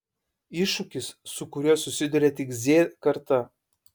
iššūkis su kuriuo susiduria tik z karta